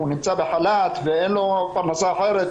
הוא נמצא בחל"ת ואין לו פרנסה אחרת,